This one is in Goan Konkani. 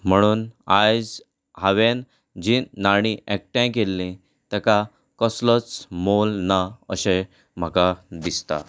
म्हणून आयज हांवें जीं नाणीं एकठांय केल्लीं ताका कसलोच मोल ना अशें म्हाका दिसता